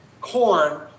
corn